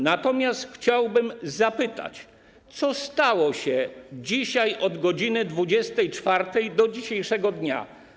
Natomiast chciałbym zapytać: Co stało się dzisiaj od godz. 24 do dzisiejszego dnia?